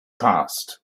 passed